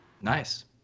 Nice